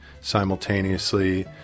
simultaneously